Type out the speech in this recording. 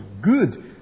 good